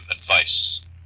advice